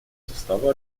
состава